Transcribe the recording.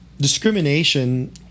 discrimination